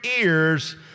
ears